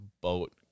boat